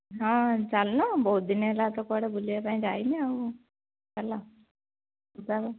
ହଁ ଚାଲୁନ ବହୁତ ଦିନ ହେଲା ତ କୁଆଡ଼େ ବୁଲିବା ପାଇଁ ଯାଇନେ ଆଉ ଚାଲ ଯିବା